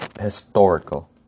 historical